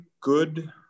good